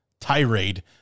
tirade